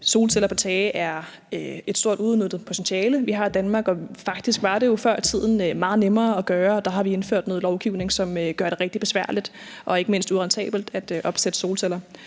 Solceller på tage er et stort uudnyttet potentiale, vi har i Danmark, og faktisk var det jo før i tiden meget nemmere at gøre det. Der har vi indført noget lovgivning, som gør det rigtig besværligt og ikke mindst urentabelt at opsætte solceller.